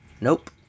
Nope